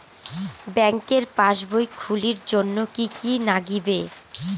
ব্যাঙ্কের পাসবই খুলির জন্যে কি কি নাগিবে?